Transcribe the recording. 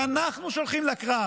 שאנחנו שולחים לקרב,